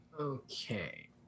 Okay